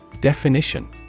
Definition